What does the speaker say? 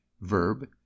Verb